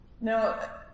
Now